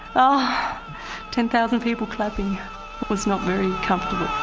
oh ten thousand people clapping was not very comfortable.